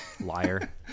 Liar